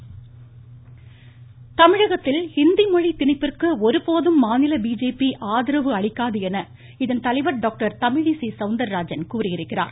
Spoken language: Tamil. தமிழிசை தமிழகத்தில் ஹிந்தி மொழி திணிப்பிற்கு ஒருபோதும் மாநில பிஜேபி ஆதரவு அளிக்காது என இதன் தலைவர் டாக்டர் தமிழிசை சவந்தர்ராஜன் கூறியிருக்கிறார்